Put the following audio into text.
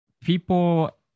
people